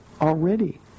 already